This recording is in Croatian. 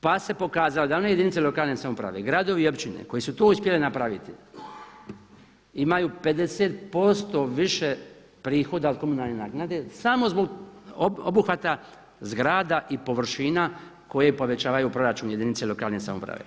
Pa se pokazalo da one jedinice lokalne samouprave, gradovi i općine koje su to uspjele napraviti imaju 50% više prihoda od komunalne naknade samo zbog obuhvata zgrada i površina koje povećavaju proračun jedinica lokalne samouprave.